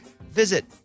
visit